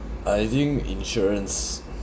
I think insurance